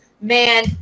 man